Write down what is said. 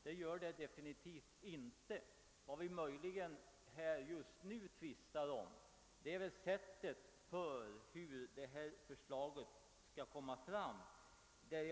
Det gör det definitivt inte! Vad vi möjligen just nu tvistar om är sättet att förverkliga detta förslag.